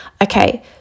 Okay